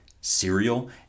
cereal